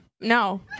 No